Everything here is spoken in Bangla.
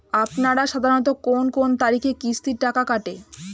আপনারা সাধারণত কোন কোন তারিখে কিস্তির টাকা কাটে?